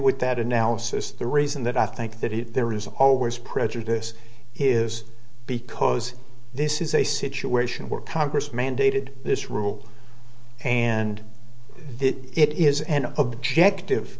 with that analysis the reason that i think that it there is always prejudice is because this is a situation where congress mandated this rule and it is an objective